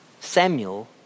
Samuel